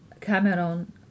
Cameron